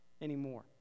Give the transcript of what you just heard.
anymore